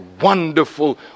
wonderful